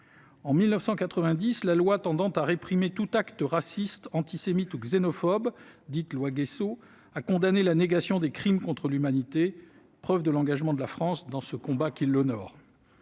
En 1990, la loi tendant à réprimer tout acte raciste, antisémite ou xénophobe, dite loi Gayssot, a condamné la négation des crimes contre l'humanité, preuve de l'engagement de la France dans ce combat qui l'honore.